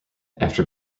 after